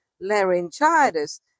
laryngitis